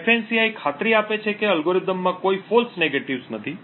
ફાન્સી ખાતરી આપે છે કે એલ્ગોરિધમમાં કોઈ ફૉલ્સ નેગેટીવ્સ નથી